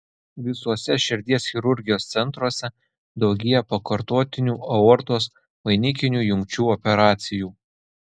visuose širdies chirurgijos centruose daugėja pakartotinių aortos vainikinių jungčių operacijų